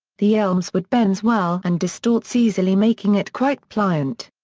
the elm's wood bends well and distorts easily making it quite pliant.